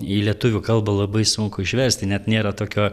į lietuvių kalbą labai sunku išvesti net nėra tokio